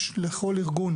יש לכול ארגון